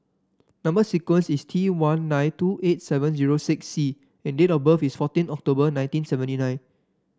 number sequence is T one nine two eight seven zero six C and date of birth is fourteen October nineteen seventy nine